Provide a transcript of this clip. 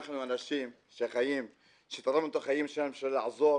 אנחנו אנשים שתרמנו את החיים שלנו בשביל לעזור.